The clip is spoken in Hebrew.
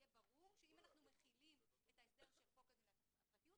שיהיה ברור שאם אנחנו מחילים את ההסדר של חוק הגנת הפרטיות,